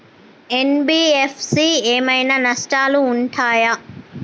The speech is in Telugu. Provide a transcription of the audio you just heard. ఎన్.బి.ఎఫ్.సి ఏమైనా నష్టాలు ఉంటయా?